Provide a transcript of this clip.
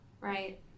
Right